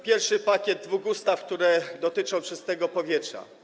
Pierwszy pakiet dwóch ustaw, które dotyczą czystego powietrza.